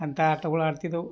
ಅಂಥ ಆಟಗಳ್ ಆಡ್ತಿದ್ದೆವು